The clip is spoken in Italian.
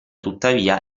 tuttavia